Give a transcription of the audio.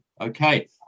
okay